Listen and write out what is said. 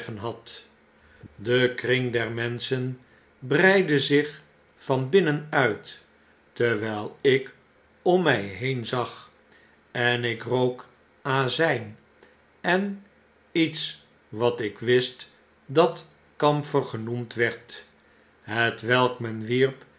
had de kring der menschen breidde zich van binnen uit terwyl ik om my heen zagj en ik rook azyn en iets wat ik wist dat kamler genoemd werd hetwelk men wierp